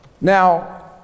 Now